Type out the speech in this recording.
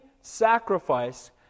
sacrifice